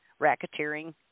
racketeering